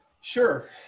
Sure